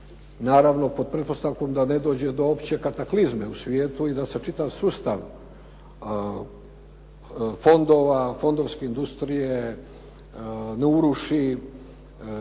naravno pod pretpostavkom da ne dođe do opće kataklizme u svijetu i da se čitav sustav fondova, fondovske industrije ne uruši,